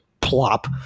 plop